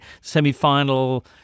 semi-final